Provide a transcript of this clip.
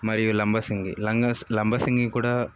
మరియు లంబసింగి లంగ లంబసింగి కూడా